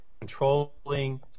controlling